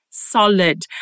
solid